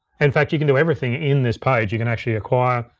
in fact, you can do everything in this page. you can actually acquire,